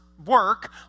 work